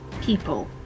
people